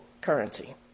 currency